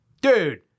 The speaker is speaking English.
dude